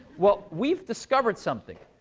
well, we've discovered something.